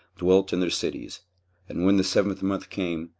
dwelt in their cities and when the seventh month came,